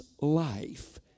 life